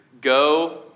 Go